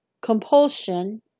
compulsion